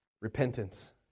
repentance